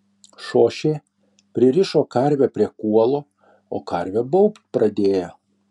šošė pririšo karvę prie kuolo o karvė baubt pradėjo